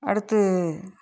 அடுத்து